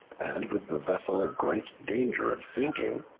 and with the vessel in great danger of sinking,